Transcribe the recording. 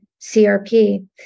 CRP